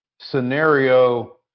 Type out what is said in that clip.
scenario